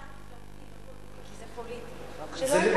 מפלגתי, לא פוליטי, כי זה פוליטי.